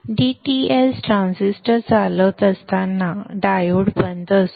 dTs transistor चालवत असताना diode बंद असतो